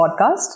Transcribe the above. podcast